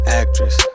actress